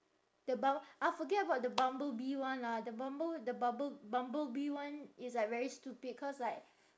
the bum~ ah forget about the bumblebee one lah the bumble~ the bubble bumblebee one is like very stupid cause like